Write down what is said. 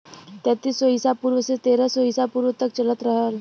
तैंतीस सौ ईसा पूर्व से तेरह सौ ईसा पूर्व तक चलल रहल